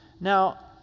Now